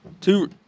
Two